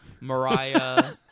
Mariah